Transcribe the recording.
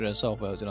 software